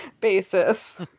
basis